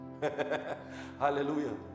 Hallelujah